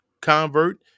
convert